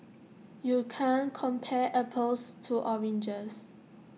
you can't compare apples to oranges